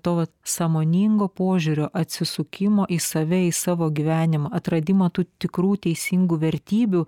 to va sąmoningo požiūrio atsisukimo į save į savo gyvenimą atradimo tų tikrų teisingų vertybių